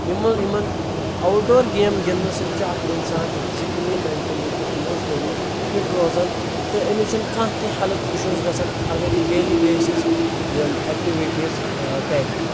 یِمو یمن outdoor game گنٛدنہٕ سۭتۍ چھُ اکھ انسان فِزکٔلی میٚنٹٔلی تہٕ اِموشنٔلی فٹ روزان تہٕ أمِس چھُنہِٕ کانٛہہ تہِ ہیٚلتھ اِشوز گژھان اگر یہِ ڈیلی بیسز یِم ایٚکٹِوِٹیٖز کرِ